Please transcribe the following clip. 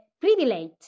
privilege